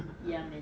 ya man